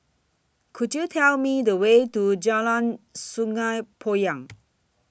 Could YOU Tell Me The Way to Jalan Sungei Poyan